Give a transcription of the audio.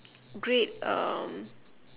great um